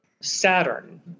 Saturn